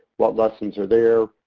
what lessons are there,